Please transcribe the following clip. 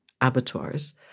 abattoirs